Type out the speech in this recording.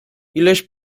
ileś